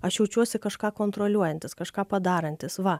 aš jaučiuosi kažką kontroliuojantis kažką padarantis va